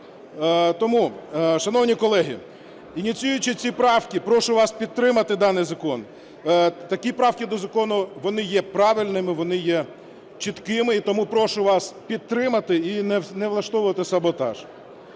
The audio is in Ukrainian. Тому, шановні колеги, ініціюючи ці правки, прошу вас підтримати даний закон. Такі правки до закону вони є правильними, вони є чіткими. І тому прошу вас підтримати і не влаштовувати саботаж.